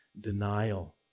denial